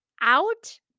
out